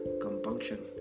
compunction